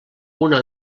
una